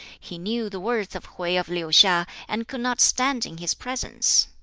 he knew the worth of hwui of liu-hia, and could not stand in his presence.